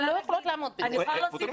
אני אומר משהו